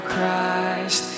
Christ